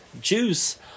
juice